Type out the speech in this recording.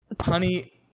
Honey